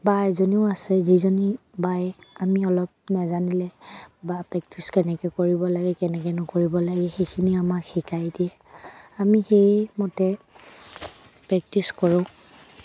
বা এজনীও আছে যিজনী বায়ে আমি অলপ নেজানিলে বা প্ৰেক্টিচ কেনেকৈ কৰিব লাগে কেনেকৈ নকৰিব লাগে সেইখিনি আমাক শিকাই দিয়ে আমি সেইমতে প্ৰেক্টিচ কৰোঁ